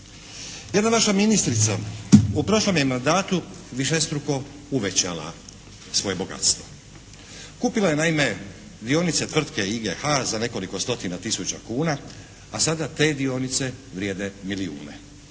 Jedna naša ministrica u prošlom je mandatu višestruko uvećala svoje bogatstvo. Kupila je naime dionice tvrtke IGH za nekoliko stotina tisuća kuna, a sada te dionice vrijede milijune.